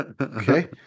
Okay